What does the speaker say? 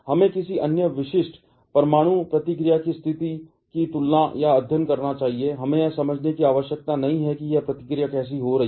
हमें किसी अन्य विशिष्ट परमाणु प्रतिक्रिया की स्थिति की तुलना या अध्ययन करना चाहिए हमें यह समझने की आवश्यकता नहीं है कि यह प्रतिक्रिया कैसे हो रही है